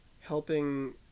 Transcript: helping